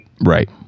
Right